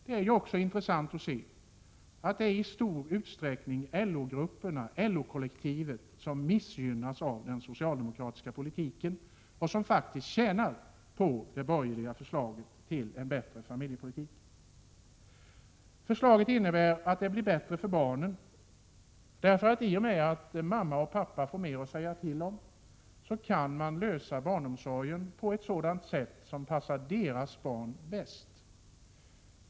Det är intressant att se att det i stor utsträckning är LO-kollektivet som missgynnas av den socialdemokratiska politiken och faktiskt tjänar på det borgerliga förslaget till en bättre familjepolitik. Det borgerliga förslaget innebär att det blir bättre för barnen. I och med att mamma och pappa får mer att säga till om kan de lösa barnomsorgsfrågan på ett sätt som passar deras barn bäst.